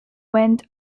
went